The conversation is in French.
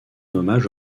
hommage